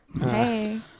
Hey